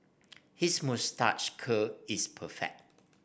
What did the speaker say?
his moustache curl is perfect